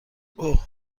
اوه